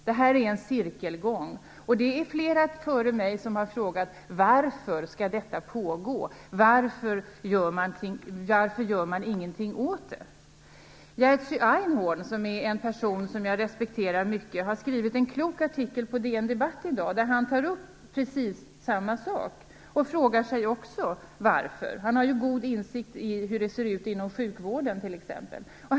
Det här är en cirkelgång. Det är flera före mig som har frågat: Varför skall detta pågå? Jerzy Einhorn, som jag respekterar mycket, har skrivit en klok artikel på DN Debatt i dag där han tar upp just det här. Han frågar sig också varför. Han har ju god insikt i hur det ser ut inom t.ex. sjukvården.